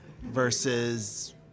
versus